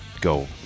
go